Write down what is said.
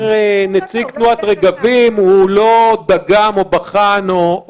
אומר נציג תנועת רגבים שהוא לא דגם או בחן או